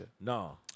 No